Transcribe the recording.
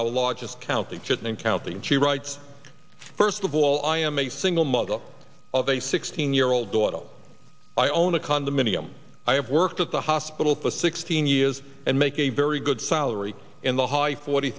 just counting shouldn't count she writes first of all i am a single mother of a sixteen year old daughter i own a condominium i have worked at the hospital for a sixteen years and make a very good salary in the high forty